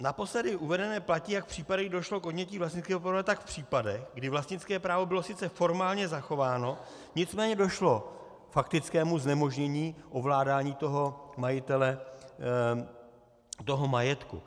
Naposledy uvedené platí jak v případech, kdy došlo k odnětí vlastnického práva, tak v případech, kdy vlastnické právo bylo sice formálně zachováno, nicméně došlo k faktickému znemožnění ovládání majitele toho majetku.